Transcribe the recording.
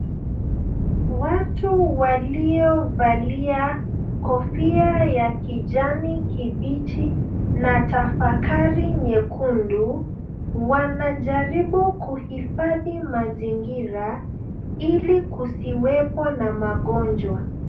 Watu waliovalia kofia ya kijani kibichi na tafakari nyekundu, wanajaribu kuhifadhi mazingira ili kusiwepo na magonjwa.